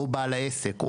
או בעל העסק,